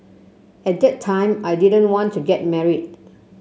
at that time I didn't want to get married